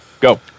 Go